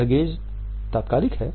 यह गेज़ तात्कालिक है